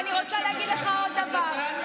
ואני רוצה להגיד לך עוד דבר.